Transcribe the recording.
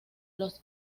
los